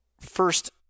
first